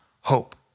hope